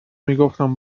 میگفتم